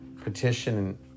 petition